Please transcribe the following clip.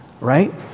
right